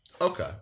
Okay